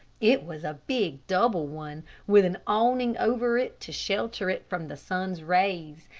it was a big double one, with an awning over it to shelter it from the sun's rays,